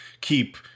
keep